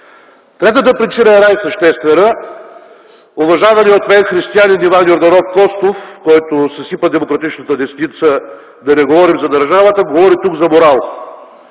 Третата причина е най-съществена – уважавания от мен християнин Иван Йорданов Костов, който съсипа демократичната десница, да не говорим за държавата, говори тук за морал.